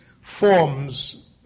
forms